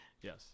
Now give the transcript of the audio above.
Yes